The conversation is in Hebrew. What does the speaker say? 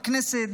בכנסת,